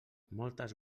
moltes